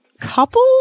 couple